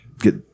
get